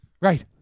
Right